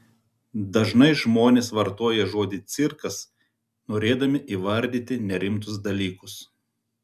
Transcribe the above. dažnai žmonės vartoja žodį cirkas norėdami įvardyti nerimtus dalykus